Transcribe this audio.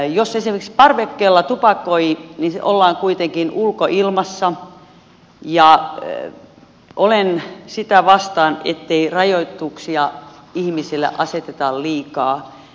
jos esimerkiksi parvekkeella tupakoi niin ollaan kuitenkin ulkoilmassa ja olen sen puolesta ettei rajoituksia ihmisille aseteta liikaa